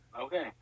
Okay